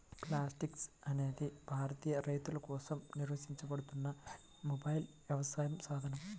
Plantix అనేది భారతీయ రైతులకోసం నిర్వహించబడుతున్న మొబైల్ వ్యవసాయ సాధనం